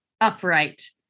upright